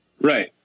right